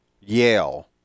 Yale